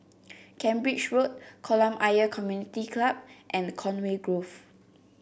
Cambridge Road Kolam Ayer Community Club and Conway Grove